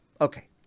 Okay